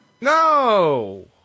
No